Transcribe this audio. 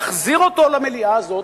נחזיר אותו למליאה הזאת,